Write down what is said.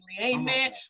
amen